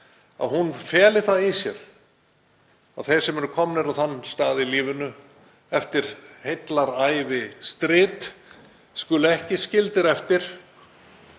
snædd, feli það í sér að þeir sem eru komnir á þann stað í lífinu eftir heillar ævi strit skulu ekki skildir eftir,